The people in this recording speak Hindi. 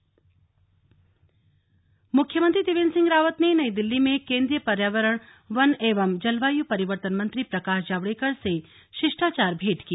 सीएम नई दिल्ली मुख्यमंत्री त्रिवेन्द्र सिंह रावत ने नई दिल्ली में केन्द्रीय पर्यावरण वन एवं जलवायु परिवर्तन मंत्री प्रकाश जावडेकर से शिष्टाचार भेंट की